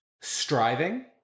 striving